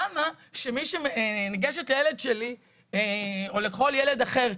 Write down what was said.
למה שמי שניגשת לילד שלי או לכל ילד אחר,